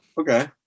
Okay